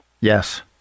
Yes